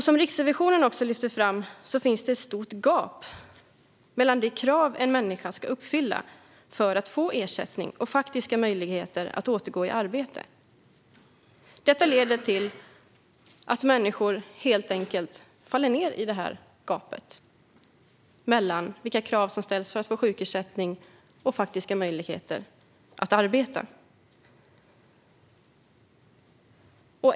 Som Riksrevisionen också lyfter fram finns det ett stort gap mellan de krav en människa ska uppfylla för att få ersättning och hennes faktiska möjligheter att återgå i arbete. Det leder till att människor faller ned i detta gap.